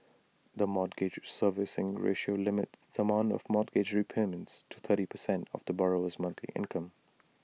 the mortgage servicing ratio limits the amount for mortgage repayments to thirty percent of the borrower's monthly income